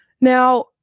Now